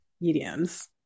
Mediums